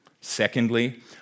Secondly